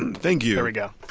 and thank you here we go.